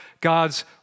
God's